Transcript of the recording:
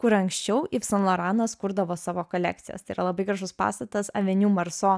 kur anksčiau yv saint loranas kurdavo savo kolekcijas tai yra labai gražus pastatas aveniu marso